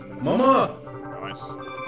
Mama